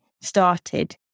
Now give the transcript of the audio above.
started